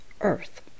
earth